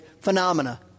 phenomena